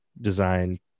design